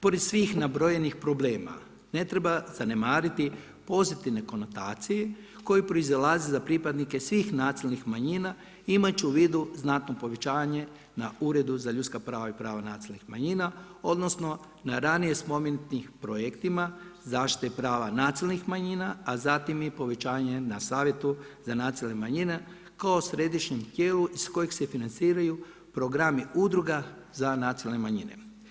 Pored svih nabrojenih problema ne treba zanemariti pozitivne konotacije koje proizlaze za pripadnike svih nacionalnih manjina imat će u vidu znatno povećanje na Uredu za ljudska prava i prava nacionalnih manjina odnosno na ranije spomenutim projektima zaštite prava nacionalnih manjina, a zatim i povećanje na Savjetu za nacionalne manjine kao središnjem tijelu iz kojeg se financiraju programi udruga za nacionalne manjine.